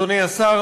אדוני השר,